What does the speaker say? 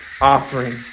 offering